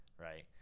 Right